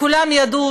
כולם ידעו